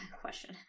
question